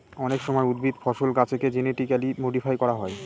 অনেক সময় উদ্ভিদ, ফসল, গাছেকে জেনেটিক্যালি মডিফাই করা হয়